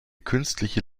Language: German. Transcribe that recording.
künstliche